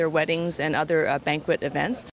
their weddings and other banquet events